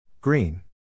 Green